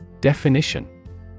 Definition